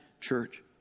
church